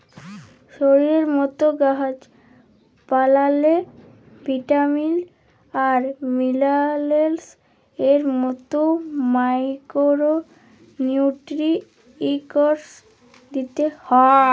শরীরের মত গাহাচ পালাল্লে ভিটামিল আর মিলারেলস এর মত মাইকোরো নিউটিরিএন্টস দিতে হ্যয়